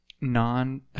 non